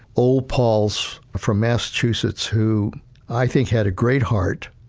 old paul's from massachusetts, who i think had a great heart.